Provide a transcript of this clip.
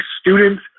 students